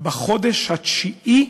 בחודש התשיעי